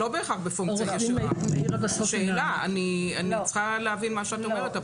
אני צריכה להבין מה שאת אומרת.